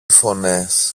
φωνές